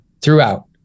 throughout